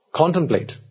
contemplate